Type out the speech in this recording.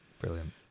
Brilliant